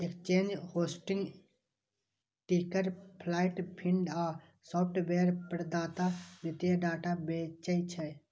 exchange, hosting, ticker plant feed आ software प्रदाता वित्तीय डाटा बेचै छै